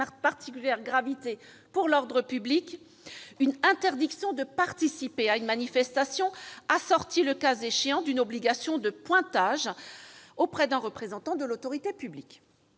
particulière gravité pour l'ordre public, une interdiction de participer à une manifestation, assortie, le cas échéant, d'une obligation de pointage auprès d'un représentant de l'autorité publique.